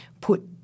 put